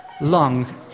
long